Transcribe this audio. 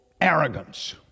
arrogance